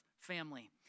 family